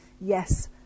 yes